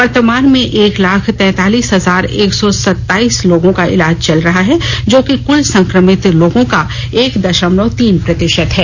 वर्तमान में एक लाख तैतालीस हजार एक सौ सत्ताईस लोगों का इलाज चल रहा है जो कि क्ल संक्रमित लोगों का एक दशमलव तीन प्रतिशत है